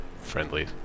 friendly